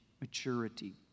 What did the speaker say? maturity